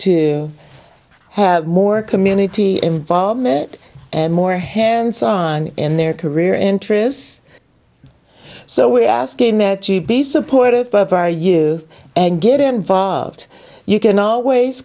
to have more community involvement and more hands on in their career interest so we're asking that you be supportive of our you and get involved you can always